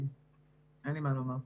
אין לי מה לומר.